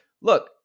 Look